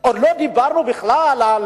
עוד לא דיברנו בכלל על